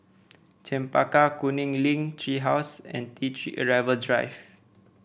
Chempaka Kuning Link Tree House and T Three Arrival Drive